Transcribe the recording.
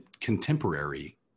contemporary